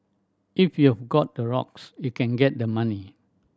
if you've got the rocks you can get the money